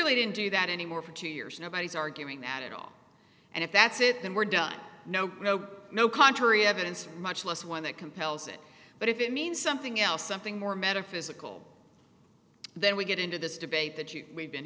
clearly didn't do that any more for two years nobody's arguing that at all and if that's it then we're done no no no contrary evidence much less one that compels it but if it means something else something more metaphysical then we get into this debate that you we've been